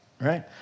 right